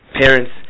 parents